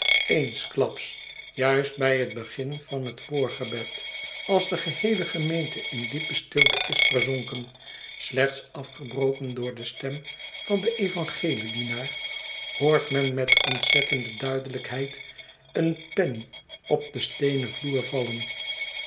eensklaps juist bij hetbegin van het voorgebed als de geheele gemeente in diepe stilte is verzonken slechts afgebroken door de stern van den evangeliedienaar hoort men met ontzettende duidelijkheid een penny op den steenen vloer vallen